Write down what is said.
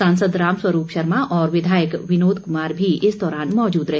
सांसद राम स्वरूप शर्मा और विधायक विनोद कुमार भी इस दौरान मौजूद रहे